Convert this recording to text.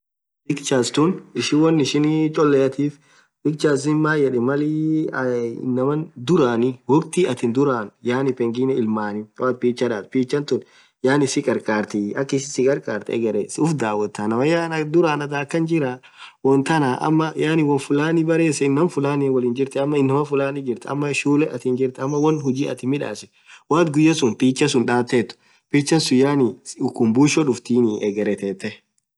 Pictures tun ishin won ishin choleathif pictures maan yedhen Malii inamaa dhurani woktiii atin dhuran pegine Ill maani woathin picture dhathu picture tun si karkarthi akhishin si karkarthu egheree ufuu dhawotha namayya anin dhuran akan jiraaa wonn than ama wonn fulani berre iseni ñaam Fulani wolin jirthen ama inamaa fulani jirtu ama shule atin jirthu ama wonn huji atiin midhasitu woathin guyya sun picha sunn dhathethu picture sunn yaani ukhumbusho tuftin egheree tetheee